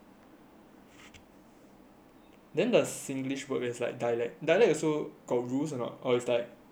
then the singlish word is like dialect dialect also got rules or not or it's like anyhow I want to be